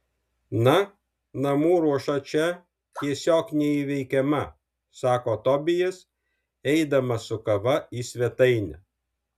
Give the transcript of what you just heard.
na namų ruoša čia tiesiog neįveikiama sako tobijas eidamas su kava į svetainę